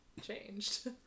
changed